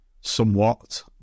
somewhat